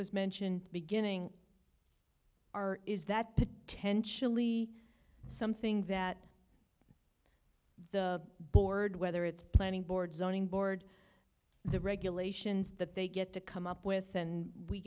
was mentioned beginning are is that potentially something that the board whether it's planning board zoning board the regulations that they get to come up with and we